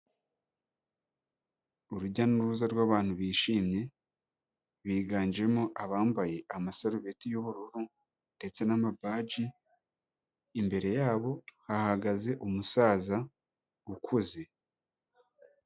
Urujya n'uruza rw'abantu bishimye, biganjemo abambaye amasarubeti y'ubururu ndetse n'amabaji, imbere yabo hahagaze umusaza ukuze.